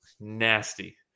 Nasty